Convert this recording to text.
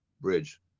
Bridge